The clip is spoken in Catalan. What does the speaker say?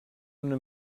una